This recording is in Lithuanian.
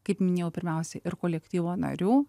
kaip minėjau pirmiausiai ir kolektyvo narių